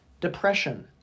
depression